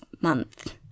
month